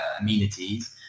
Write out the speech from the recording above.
amenities